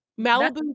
malibu